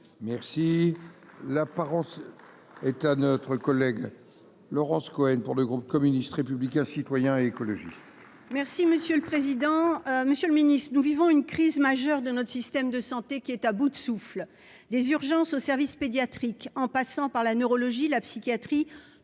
Merci l'apparence est à notre collègue Laurence Cohen pour le groupe communiste, républicain, citoyen et écologiste. Merci monsieur le président, Monsieur le Ministre, nous vivons une crise majeure de notre système de santé qui est à bout de souffle des urgences au service pédiatrique en passant par la neurologie, la psychiatrie,